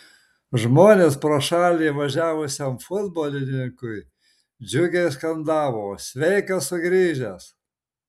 žmonės pro šalį važiavusiam futbolininkui džiugiai skandavo sveikas sugrįžęs